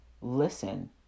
listen